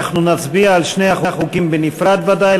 אנחנו נצביע על שני החוקים בנפרד ודאי,